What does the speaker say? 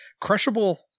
Crushable